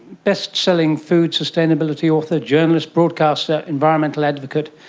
bestselling food sustainability author, journalist, broadcaster, environmental advocate,